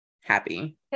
happy